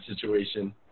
situation